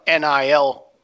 NIL